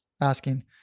asking